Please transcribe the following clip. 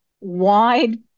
wide